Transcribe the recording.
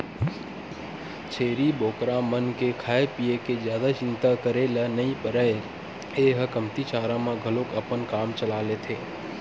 छेरी बोकरा मन के खाए पिए के जादा चिंता करे ल नइ परय ए ह कमती चारा म घलोक अपन काम चला लेथे